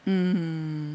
mmhmm